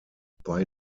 bei